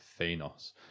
Thanos